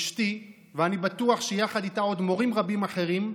אשתי, ואני בטוח שיחד איתה עוד מורים רבים אחרים,